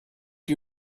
you